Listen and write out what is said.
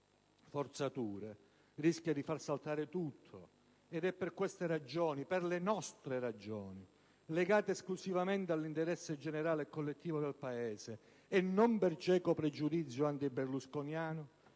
forzature rischia di far saltare tutto. Ed è per queste ragioni, per le nostre ragioni, legate esclusivamente all'interesse generale e collettivo del Paese, e non per cieco pregiudizio antiberlusconiano